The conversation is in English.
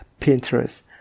Pinterest